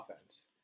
offense